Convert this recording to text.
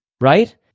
right